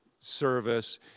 service